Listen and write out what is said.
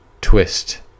twist